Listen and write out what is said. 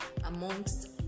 amongst